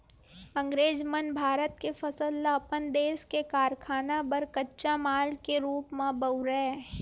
अंगरेज मन भारत के फसल ल अपन देस के कारखाना बर कच्चा माल के रूप म बउरय